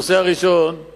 הנושא הראשון הוא